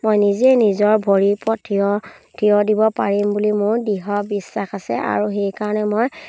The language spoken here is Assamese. মই নিজে নিজৰ ভৰিৰ ওপৰত থিয় থিয় দিম পাৰিম বুলি মোৰ দৃঢ় বিশ্বাস আছে আৰু সেইকাৰণে মই